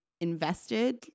invested